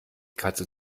katze